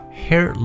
hair